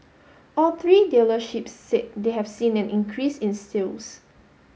all three dealerships said they have seen an increase in sales